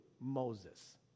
Moses